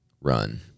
run